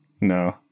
No